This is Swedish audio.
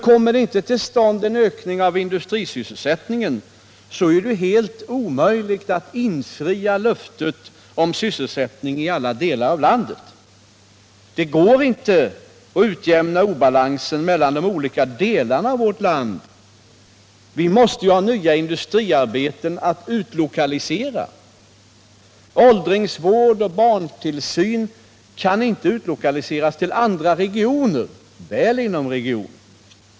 Kommer en sådan inte till stånd är det helt enkelt omöjligt att infria löftet om sysselsättning i alla delar av landet. Det går inte att utjämna obalansen mellan de olika delarna av vårt land. Vi måste ju ha nya industriarbeten att utlokalisera. Åldringsvård och barntillsyn kan inte utlokaliseras till andra regioner.